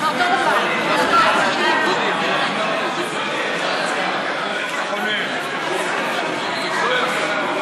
ההצעה להעביר את הצעת חוק הצעת חוק הבחירות לכנסת (תיקון